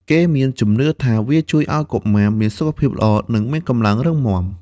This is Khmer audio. គេមានជំនឿថាវាជួយឱ្យកុមារមានសុខភាពល្អ និងមានកម្លាំងរឹងមាំ។